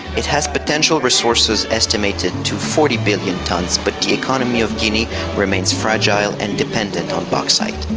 it has potential resources estimated to forty billion tonnes, but the economy of guinea remains fragile and dependent on bauxite.